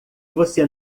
você